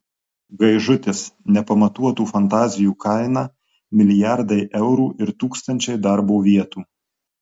gaižutis nepamatuotų fantazijų kaina milijardai eurų ir tūkstančiai darbo vietų